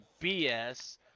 BS